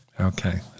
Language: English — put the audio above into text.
Okay